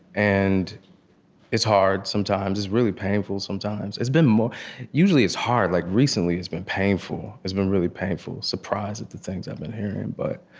and it's hard sometimes. it's really painful sometimes. it's been more usually, it's hard. like recently, it's been painful. it's been really painful. surprised at the things i've been hearing but